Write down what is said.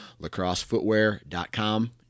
lacrossefootwear.com